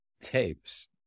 tapes